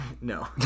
no